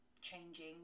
changing